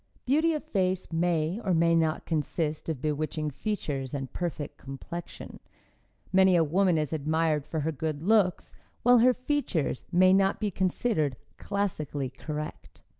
beauty of face may or may not consist of bewitching features and perfect complexion many a woman is admired for her good looks while her features may not be considered classically correct.